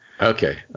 Okay